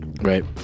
Right